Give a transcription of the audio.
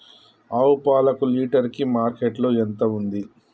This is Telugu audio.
ఆవు పాలకు లీటర్ కి మార్కెట్ లో ఎంత ఉంది?